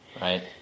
Right